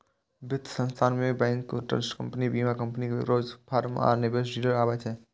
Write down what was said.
वित्त संस्थान मे बैंक, ट्रस्ट कंपनी, बीमा कंपनी, ब्रोकरेज फर्म आ निवेश डीलर आबै छै